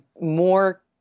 more